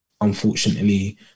Unfortunately